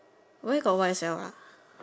where got white